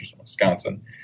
Wisconsin